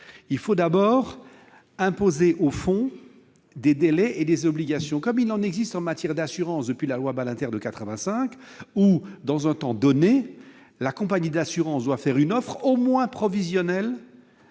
il faut d'abord imposer au fonds des délais et des obligations, comme il en existe en matière d'assurance depuis la loi Badinter de 1985- dans un temps donné, la compagnie d'assurance doit faire à la victime une offre au moins provisionnelle.